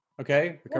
Okay